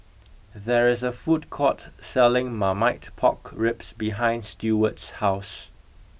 there is a food court selling marmite pork ribs behind Steward's house